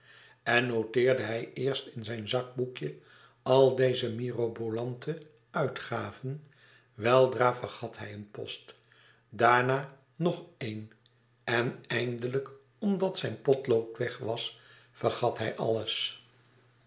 en noteerde hij eerst in zijn zakboekje al deze mirobolante uitgaven weldra vergat hij een post daarna nog een en eindelijk omdat zijn potlood weg was vergat hij alles